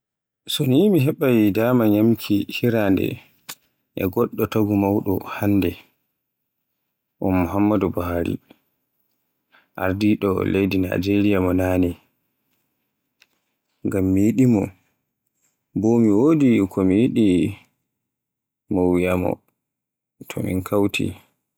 So ni mi heɓaay dama nyamki hirande e goɗɗo taagu mawɗo hande, un Muhammadu Buhari, ardiɗo leydi Najeriya mo naane. Ngam mi yiɗimo, bo e wodi ko mi yiɗi mi wiyaamo to min kawti.